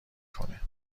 کنه